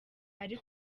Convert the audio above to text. ari